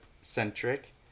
centric